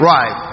Right